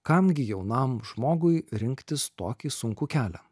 kam gi jaunam žmogui rinktis tokį sunkų kelią